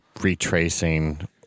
retracing